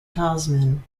tasman